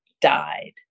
died